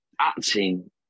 acting